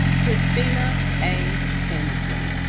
kristina a. tinsley